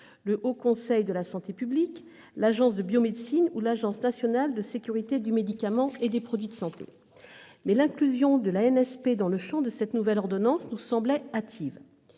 le Haut Conseil de la santé publique, l'Agence de la biomédecine ou l'Agence nationale de sécurité du médicament et des produits de santé, mais l'inclusion de l'Agence nationale de santé publique dans le champ de cette nouvelle ordonnance nous semblait hâtive.